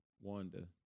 Wanda